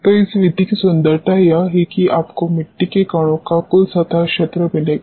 तो इस विधि की सुंदरता यह है कि आपको मिट्टी के कणों का कुल सतह क्षेत्र मिलेगा